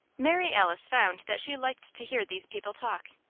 mary alice found that she liked to hear these people talk.